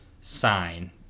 sign